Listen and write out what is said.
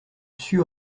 dessus